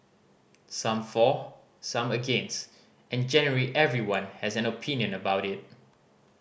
some for some against and generally everyone has an opinion about it